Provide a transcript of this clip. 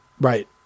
right